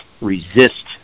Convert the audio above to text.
resist